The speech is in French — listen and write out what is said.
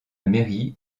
mairie